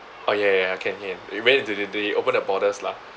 orh ya ya ya can can you wait till they open the borders lah